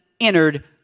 entered